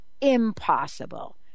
impossible